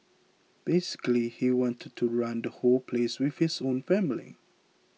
basically he wanted to run the whole place with his own family